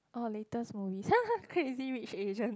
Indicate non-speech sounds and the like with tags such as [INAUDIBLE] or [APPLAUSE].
oh latest movies [LAUGHS] Crazy-Rich-Asians